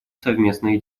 совместные